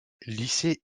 lycée